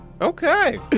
Okay